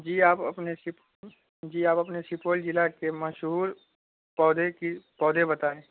جی آپ اپنے سپ جی آپ اپنے سپول ضلع کے مشہور پودے کی پودے بتائیں